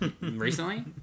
Recently